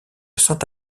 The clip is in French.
sainte